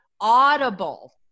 audible